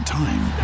time